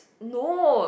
no